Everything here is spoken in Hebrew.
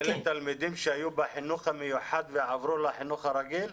אלה תלמידים שהיו בחינוך המיוחד ועברו לחינוך הרגיל?